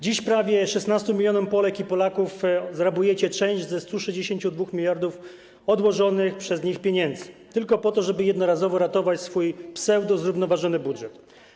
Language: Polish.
Dziś prawie 16 mln Polek i Polaków zrabujecie część ze 162 mld odłożonych przez nich pieniędzy tylko po to, żeby jednorazowo ratować swój pseudozrównoważony budżet.